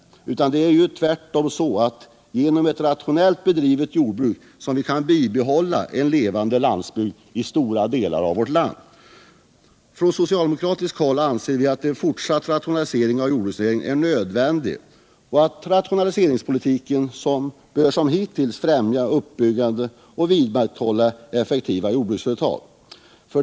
Det är tvärtom genom ett rationellt bedrivet jordbruk som vi kan bibehålla en levande landsbygd i stora delar av vårt land. Från socialdemokratiskt håll anser vi att en fortsatt rationalisering av jordbruksnäringen är nödvändig och att rationaliseringspolitiken som hittills bör främja uppbyggande och vidmakthållande av effektiva jordbruksföretag.